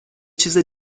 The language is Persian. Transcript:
چیز